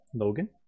Logan